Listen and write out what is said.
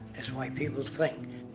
is why people think.